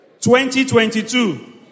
2022